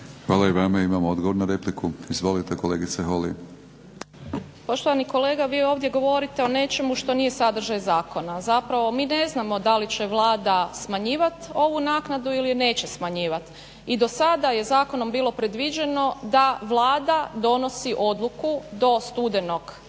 Hvala i vama. Imamo odgovor na repliku. Izvolite kolegice Holy. **Holy, Mirela (SDP)** Poštovani kolega vi ovdje govorite o nečemu što nije sadržaj zakona. Zapravo mi ne znamo da li će Vlada smanjivati ovu naknadu ili neće smanjivati. I dosada je zakonom bilo predviđeno da Vlada donosi odluku do studenog tekuće